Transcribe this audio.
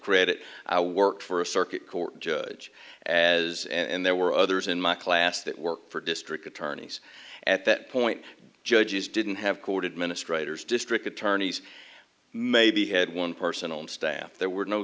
credit i worked for a circuit court judge as and there were others in my class that work for district attorneys at that point judges didn't have court administrator is district attorneys maybe had one person on staff there were no